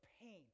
pain